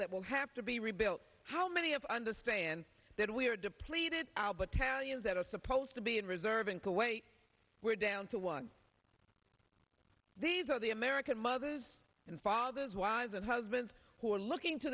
that will have to be rebuilt how many of understands that we are depleted our but tell us that are supposed to be in reserve in kuwait we're down to one these are the american mothers and fathers wives and husbands who are looking to